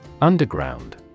Underground